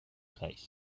place